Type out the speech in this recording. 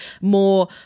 more